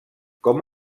com